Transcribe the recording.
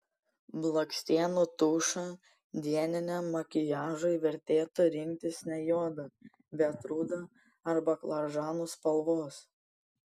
blakstienų tušą dieniniam makiažui vertėtų rinktis ne juodą bet rudą ar baklažanų spalvos